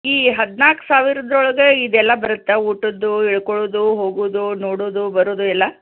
ಈ ಹದಿನಾಲ್ಕು ಸಾವಿರದೊಳಗೆ ಇದೆಲ್ಲ ಬರುತ್ತಾ ಊಟದ್ದು ಇಳ್ಕೊಳ್ಳೋದು ಹೋಗೋದು ನೋಡೋದು ಬರೋದು ಎಲ್ಲ